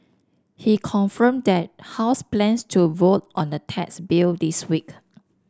he confirmed that House plans to vote on the tax bill this week